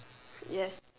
yes